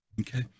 Okay